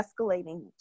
escalating